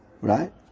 Right